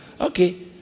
Okay